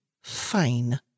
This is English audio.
fine